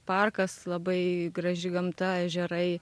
parkas labai graži gamta ežerai